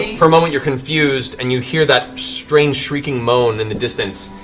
for a moment you're confused, and you hear that strange shrieking moan in the distance,